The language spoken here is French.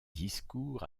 discours